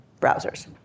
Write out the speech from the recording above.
browsers